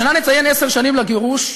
השנה נציין עשר שנים לגירוש.